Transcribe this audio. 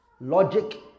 Logic